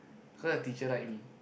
so the teacher like me